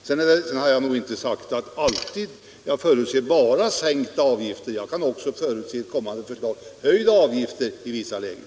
Sedan har jag inte sagt att jag bara förutser att det finns sänkta avgifter i ett kommande förslag, utan jag kan också förutse höjda avgifter i vissa lägen.